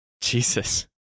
Jesus